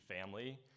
family